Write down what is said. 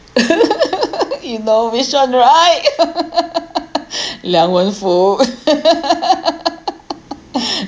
you know mission right liang wen fu